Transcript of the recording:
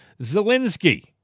Zelensky